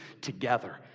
together